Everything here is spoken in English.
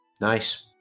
Nice